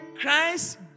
Christ